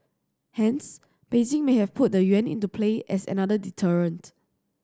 hence Beijing may have put the yuan into play as another deterrent